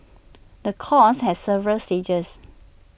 the course has several stages